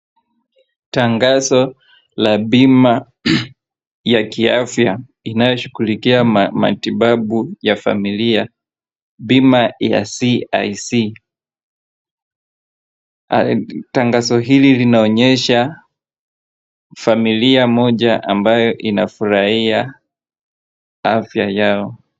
Tangazo la bima ya kiafya inayoshughulikia matibabu ya familia, bima ya CIC . Tangazo hili linaonyesha familia moja ambayo inafurahia afya yao.